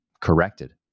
corrected